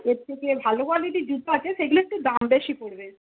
এর থেকে ভালো কোয়ালিটির জুতো আছে সেগুলো একটু দাম বেশি পড়বে